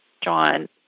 John